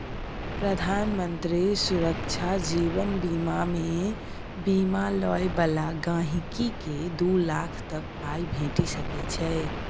प्रधानमंत्री सुरक्षा जीबन बीमामे बीमा लय बला गांहिकीकेँ दु लाख तक पाइ भेटि सकै छै